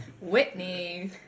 Whitney